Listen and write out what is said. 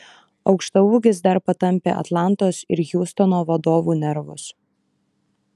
aukštaūgis dar patampė atlantos ir hjustono vadovų nervus